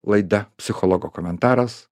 laida psichologo komentaras